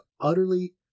utterly